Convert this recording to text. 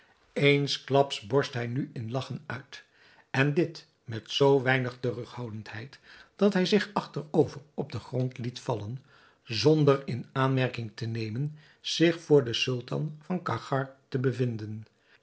eensklaps borst hij nu in lagchen uit en dit met zoo weinig terughouding dat hij zich achterover op den grond liet vallen zonder in aanmerking te nemen zich voor den sultan van cachgar te bevinden